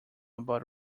about